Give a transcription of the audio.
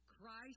Christ